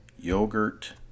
Yogurt